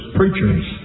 preachers